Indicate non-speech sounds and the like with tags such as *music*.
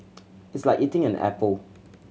*noise* it's like eating an apple